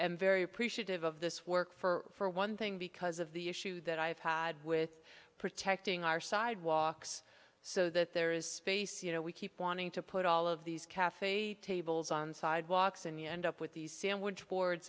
am very appreciative of this work for one thing because of the issue that i've had with protecting our sidewalks so that there is space you know we keep wanting to put all of these cafe tables on sidewalks and you end up with these sandwich boards